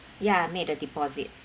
ya I made a deposit